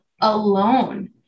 alone